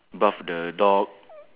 bath the dog